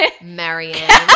Marianne